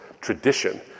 tradition